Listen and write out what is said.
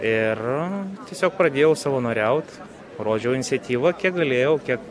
ir tiesiog pradėjau savanoriaut rodžiau iniciatyvą kiek galėjau kiek